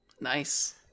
nice